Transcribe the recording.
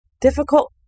difficult